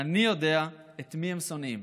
אני יודע את מי הם שונאים,